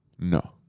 No